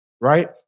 Right